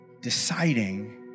deciding